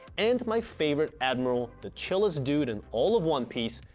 and my favorite admiral, the chillest dude in all of one piece,